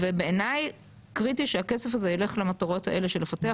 ובעיניי קריטי שהכסף הזה ילך למטרות האלה של לפתח